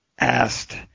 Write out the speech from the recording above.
asked